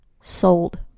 Sold